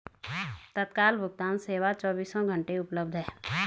तत्काल भुगतान सेवा चोबीसों घंटे उपलब्ध है